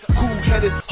cool-headed